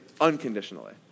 unconditionally